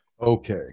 Okay